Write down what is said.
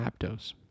Aptos